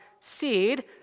seed